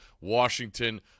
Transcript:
Washington